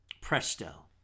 Presto